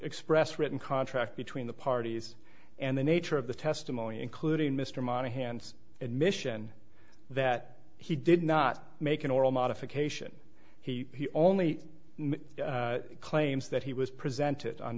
express written contract between the parties and the nature of the testimony including mr monahan's admission that he did not make an oral modification he only claims that he was presented on